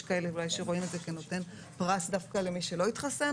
כאלה שאולי רואים את זה כנותן פרס דווקא למי שלא התחסן,